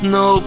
no